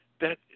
that